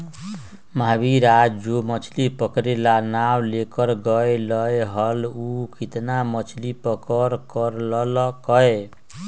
महावीर आज जो मछ्ली पकड़े ला नाव लेकर गय लय हल ऊ कितना मछ्ली पकड़ कर लल कय?